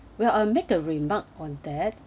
we'll make a remark on that